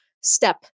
step